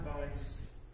advice